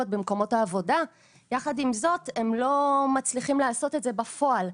במקומות העבודה אבל הם לא מצליחים לעשות את זה בפועל.